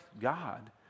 God